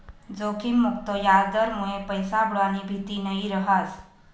जोखिम मुक्त याजदरमुये पैसा बुडानी भीती नयी रहास